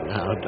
Now